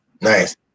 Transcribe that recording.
nice